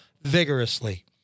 vigorously